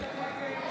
(קורא בשמות חברי הכנסת)